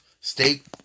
state